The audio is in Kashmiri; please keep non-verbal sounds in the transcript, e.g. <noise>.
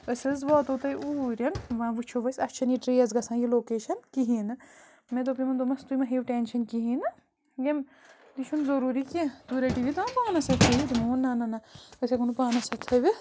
أسۍ حظ واتو تۄہہِ اوٗرٮ۪ن وۄنۍ وٕچھُو أسۍ اَسہِ چھَنہٕ یہِ ٹرٛیس گژھان یہِ لوکیشَن کِہیٖنۍ نہٕ مےٚ دوٚپ یِمَن دوٚپمَس تُہۍ مہٕ ہیٚیِو ٹٮ۪نشَن کِہیٖنۍ نہٕ یِم یہِ چھُنہٕ ضٔروٗری کیٚنہہ تُہۍ رٔٹِو یہِ تام پانَس <unintelligible> تِمو ووٚن نہ نہ نہ أسۍ ہٮ۪کو نہٕ پانَس اَتھِ تھٲوِتھ